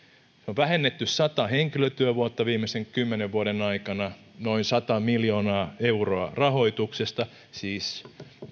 vähennetty sata henkilötyövuotta viimeisen kymmenen vuoden aikana noin sata miljoonaa euroa rahoituksesta siis